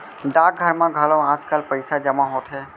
डाकघर म घलौ आजकाल पइसा जमा होथे